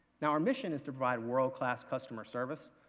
now our mission is to provide world class customer service,